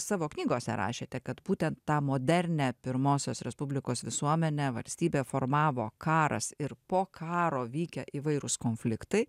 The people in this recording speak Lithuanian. savo knygose rašėte kad būtent tą modernią pirmosios respublikos visuomenę valstybę formavo karas ir po karo vykę įvairūs konfliktai